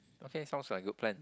okay sounds like good plan